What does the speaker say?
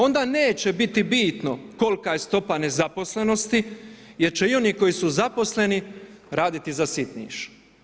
Onda neće biti bitno kolika je stopa nezaposlenosti jer će i oni koji su zaposleni, raditi za sitniš.